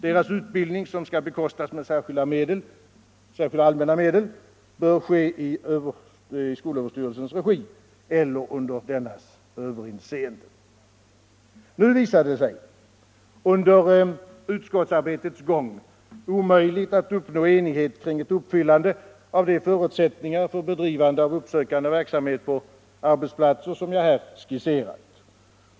Deras utbildning, som skall bekostas med särskilda allmänna medel, bör ske i skolöverstyrelsens regi eller under dennas överinseende. Nu visade det sig under utskottsarbetets gång omöjligt att uppnå enighet kring ett uppfyllande av de förutsättningar för bedrivande av den uppsökande verksamheten på arbetsplatserna som jag här skisserat.